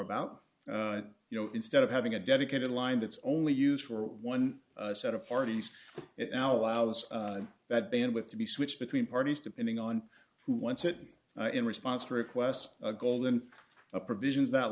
about you know instead of having a dedicated line that's only used for one set of parties it al out of that band with to be switched between parties depending on who wants it in response to requests golden provisions that